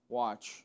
watch